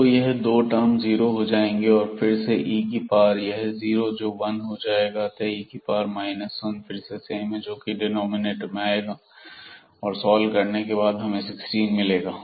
तो यह 2 term zero हो जाएंगे और फिर से e पावर यह जीरो जो 1 हो जाएगा अतः e 1 फिर से सेम है जोकि डिनॉमिनेटर में आएगा और सॉल्व करने के बाद हमें 16 मिलेगा